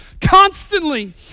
constantly